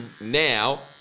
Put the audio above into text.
now